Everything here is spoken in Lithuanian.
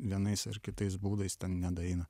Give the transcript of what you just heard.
vienais ar kitais būdais ten ne daeina